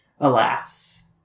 alas